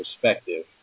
perspective